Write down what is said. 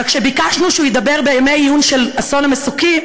אבל כשביקשנו שהוא ידבר בימי עיון של אסון המסוקים,